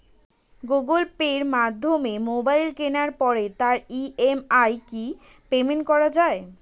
Google পের মাধ্যমে mobile কেনার পরে তার ই.এম.আই কি পেমেন্ট করা যায়?